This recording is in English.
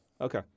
Okay